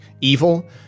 evil